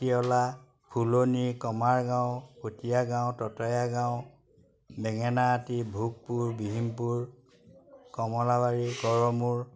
Gatiyola Phulani Kumargaon Patiya Gaon Tatayagaon Bengenaati Bhogpur Bihimpur Kamalabari Garmur